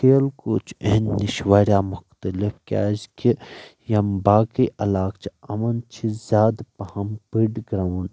کھیل کوٗد چھُ اہنٛدِ نِش وارِیاہ مختلف کیازِ کہِ یِم باقٕے علاقہٕ چھِ یِمن چھِ زیادٕ پہم بٔڑۍ گراؤنڈ